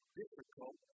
difficult